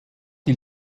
die